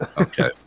Okay